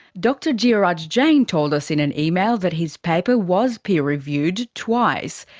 dr jeoraj jain told us in an email that his paper was peer reviewed, twice.